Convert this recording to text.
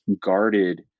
guarded